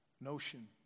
notion